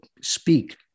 speak